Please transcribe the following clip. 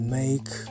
make